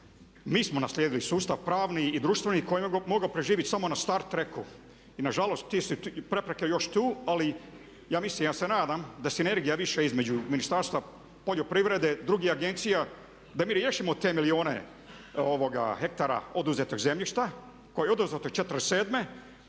mi smo naslijedili sustav pravni i društveni koji je mogao preživjeti samo na …/Ne razumije se./… I nažalost te su prepreke još tu ali ja mislim, ja se nadam, da sinergija više između Ministarstva poljoprivrede i drugih agencija da mi riješimo te milijune hektara oduzetog zemljišta koje je oduzeto '47.,